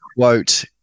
Quote